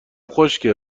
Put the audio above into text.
خشکه